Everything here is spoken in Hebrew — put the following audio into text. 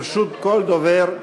לרשות כל דובר,